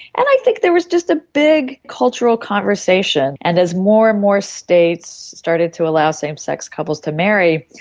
and i think there was just a big cultural conversation, and as more and more states started to allow same-sex couples to marry,